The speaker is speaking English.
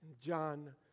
John